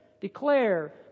declare